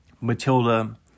Matilda